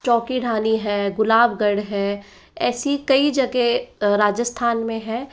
चोखी ढाणी है गुलाबगढ़ है ऐसी कई जगह राजस्थान में है